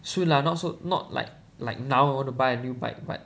soon lah not so not like like now I want to buy a new bike but